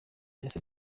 ese